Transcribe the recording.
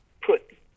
put